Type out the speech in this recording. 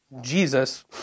Jesus